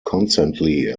constantly